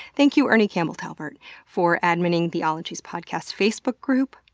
thank you ernie campbell talbert for adminning the ologies podcast facebook group,